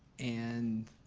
and